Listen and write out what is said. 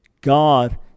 God